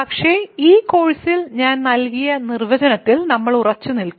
പക്ഷേ ഈ കോഴ്സിൽ ഞാൻ നൽകിയ നിർവചനത്തിൽ നമ്മൾ ഉറച്ചുനിൽക്കും